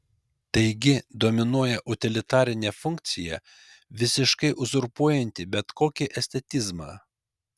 taigi dominuoja utilitarinė funkcija visiškai uzurpuojanti bet kokį estetizmą